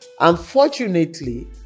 Unfortunately